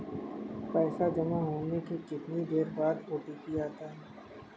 पैसा जमा होने के कितनी देर बाद ओ.टी.पी आता है?